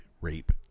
rape